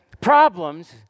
problems